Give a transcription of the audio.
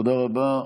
תודה רבה.